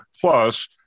plus